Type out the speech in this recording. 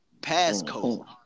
Passcode